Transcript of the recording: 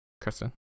kristen